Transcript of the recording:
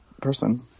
person